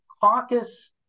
caucus